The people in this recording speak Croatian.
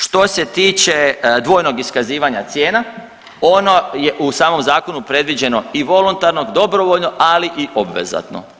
Što se tiče dvojnog iskazivanja cijena ono je u samom zakonu predviđeno i volontarno i dobrovoljno, ali i obvezatno.